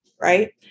right